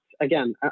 again